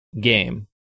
game